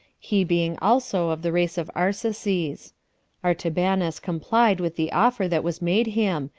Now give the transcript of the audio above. he being also of the race of arsaces. artabanus complied with the offer that was made him,